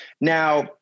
Now